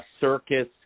circus